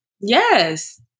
Yes